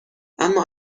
اما